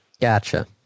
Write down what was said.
Gotcha